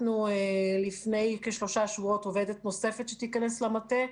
לפני כשלושה שבועות קלטנו עובדת נוספת שתיכנס למטה.